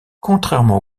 contrairement